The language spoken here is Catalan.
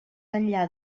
enllà